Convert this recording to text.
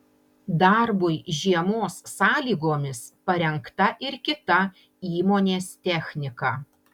darbui žiemos sąlygomis parengta ir kita įmonės technika